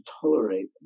tolerate